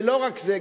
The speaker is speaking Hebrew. ולא רק זה,